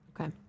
Okay